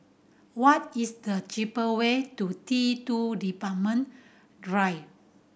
what is the cheaper way to T Two Departure Drive